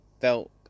felt